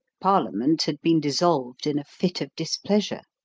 parliament had been dissolved in a fit of displeasure.